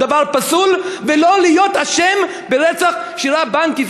דבר פסול ולא להיות אשם ברצח שירה בנקי,